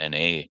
NA